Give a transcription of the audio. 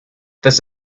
this